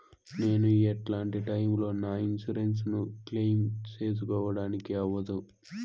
నేను ఎట్లాంటి టైములో నా ఇన్సూరెన్సు ను క్లెయిమ్ సేసుకోవడానికి అవ్వదు?